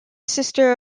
sister